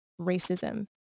racism